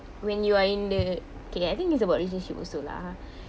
when you are in the okay I think is about relationship also lah ha